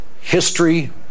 history